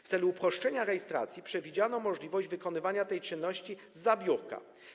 W celu uproszczenia rejestracji przewidziano możliwość wykonywania tej czynności zza biurka.